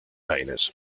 aires